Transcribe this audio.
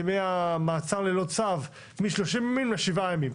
המעצר ללא צו מ-30 ימים לשבעה ימים,